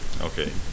okay